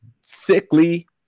sickly